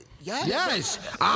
Yes